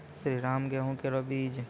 श्रीराम गेहूँ केरो बीज?